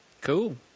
Cool